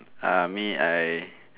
uh me I um